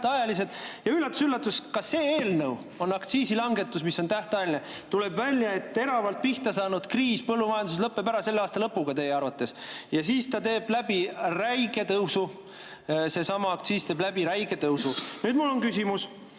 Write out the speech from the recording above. tähtajalised, ja üllatus-üllatus, ka see eelnõu on aktsiisilangetus, mis on tähtajaline. Tuleb välja, et teravalt pihta saanud põllumajanduse kriis lõpeb ära selle aasta lõpuga teie arvates. Ja siis ta teeb läbi räige tõusu – seesama aktsiis teeb läbi räige tõusu. Nüüd, mul on küsimus.